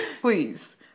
Please